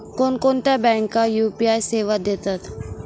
कोणकोणत्या बँका यू.पी.आय सेवा देतात?